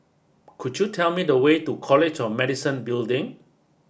could you tell me the way to College of Medicine Building